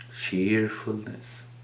Cheerfulness